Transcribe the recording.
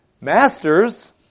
Masters